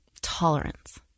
tolerance